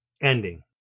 ending